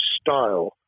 style